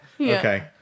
Okay